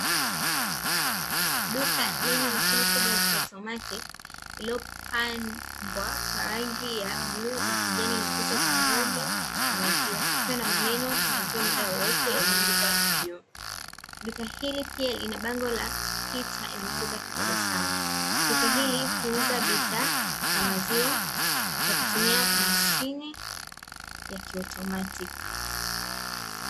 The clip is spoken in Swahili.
Duka lenye mashine kubwa ya kiautomatiki iliyopambwa kwa rangi ya bluu na kijani na picha za ng'ombe na maziwa ikiwa na maneno “maziwa mda wowote” yaliyoandikwa juu. Duka hili pia lina bango la picha la mtoto akitabasamu, duka hili huuza bidhaa za maziwa kwa kutumia mashine ya kiautomatiki.